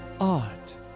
art